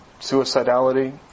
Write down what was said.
suicidality